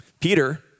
Peter